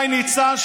ולכתוב.